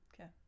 Okay